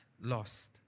lost